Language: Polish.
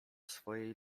swojej